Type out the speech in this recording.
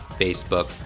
Facebook